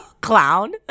clown